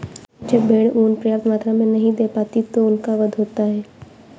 जब भेड़ ऊँन पर्याप्त मात्रा में नहीं दे पाती तो उनका वध होता है